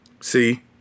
See